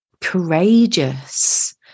courageous